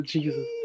Jesus